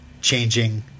changing